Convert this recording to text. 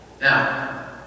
Now